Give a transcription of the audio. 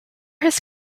his